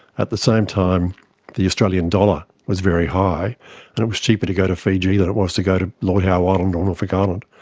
at the same time the australian dollar was very high and it was cheaper to go to fiji than it was to go to lord howe island or norfolk island.